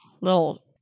little